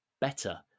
better